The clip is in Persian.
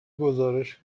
گزارش